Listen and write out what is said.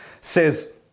says